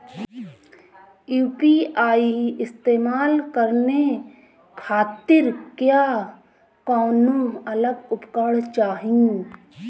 UPI इस्तेमाल करने खातिर क्या कौनो अलग उपकरण चाहीं?